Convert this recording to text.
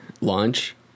launch